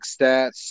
stats